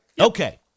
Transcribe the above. Okay